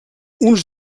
uns